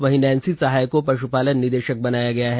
वहीं नैंसी सहाय को पश्पालन निदेशक बनाया गया है